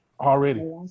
already